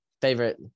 favorite